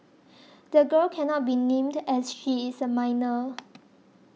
the girl cannot be named as she is a minor